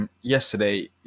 Yesterday